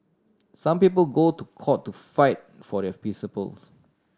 some people go to court to fight for their principles